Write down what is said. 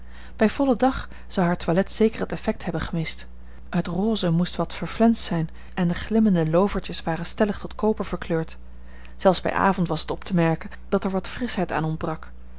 bij vollen dag zou haar toilet zeker het effect hebben gemist het rose moest wat verflenst zijn en de glimmende lovertjes waren stellig tot koper verkleurd zelfs bij avond was het op te merken dat er wat frischheid aan ontbrak